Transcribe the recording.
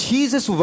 Jesus